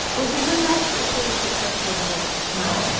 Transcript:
well he was actually pretty successful the whole time. oh, ok.